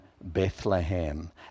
Bethlehem